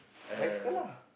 bicycle lah